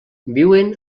viuen